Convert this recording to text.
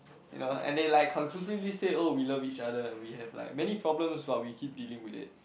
you know and they like conclusively said oh we love each other and we have like many problems but we keep dealing with it